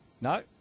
No